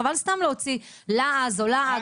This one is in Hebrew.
חבל סתם להוציא לעז או לעד,